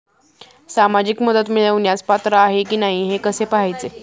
सामाजिक मदत मिळवण्यास पात्र आहे की नाही हे कसे पाहायचे?